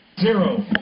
Zero